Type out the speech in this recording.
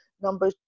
Number